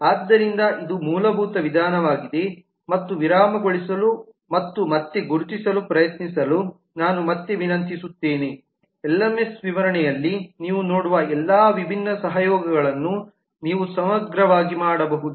ಆದ್ದರಿಂದ ಇದು ಇದು ಮೂಲಭೂತ ವಿಧಾನವಾಗಿದೆ ಮತ್ತು ವಿರಾಮಗೊಳಿಸಲು ಮತ್ತು ಮತ್ತೆ ಗುರುತಿಸಲು ಪ್ರಯತ್ನಿಸಲು ನಾನು ಮತ್ತೆ ವಿನಂತಿಸುತ್ತೇನೆ ಎಲ್ಎಂಎಸ್ ವಿವರಣೆಯಲ್ಲಿ ನೀವು ನೋಡುವ ಎಲ್ಲಾ ವಿಭಿನ್ನ ಸಹಯೋಗಗಳನ್ನು ನೀವು ಸಮಗ್ರವಾಗಿ ಮಾಡಬಹುದು